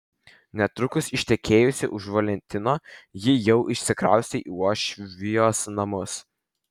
netrukus ištekėjusi už valentino ji jau išsikraustė į uošvijos namus